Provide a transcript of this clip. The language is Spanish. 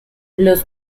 los